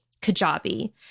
Kajabi